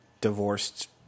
divorced